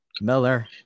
miller